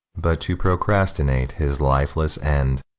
but to procrastinate his lifeless end.